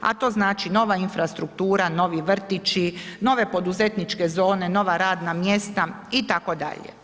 A to znači, nova infrastruktura, novi vrtići, nove poduzetničke zone, nova radna mjesta, itd.